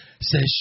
says